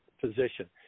position